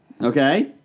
okay